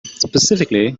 specifically